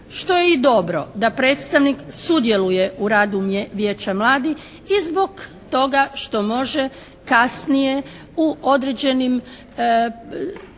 što je i dobro da predstavnik sudjeluje u radu Vijeća mladih i zbog toga što može kasnije u određenim,